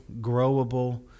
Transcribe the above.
growable